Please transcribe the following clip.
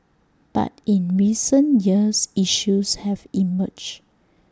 but in recent years issues have emerged